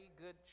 good